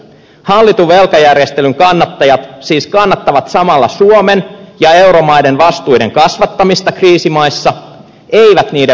hallitun velkajärjestelyn kannattajat siis kannattavat samalla suomen ja euromaiden vastuiden kasvattamista kriisimaissa eivät niiden vähentämistä